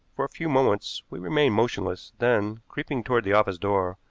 for a few moments we remained motionless, then, creeping toward the office door,